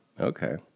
Okay